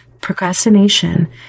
procrastination